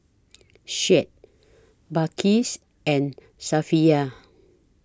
Syed Balqis and Safiya